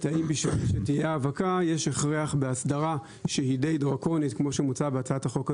שהיא די דרקונית כמו שמוצע בהצעת החוק הזו.